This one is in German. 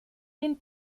den